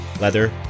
leather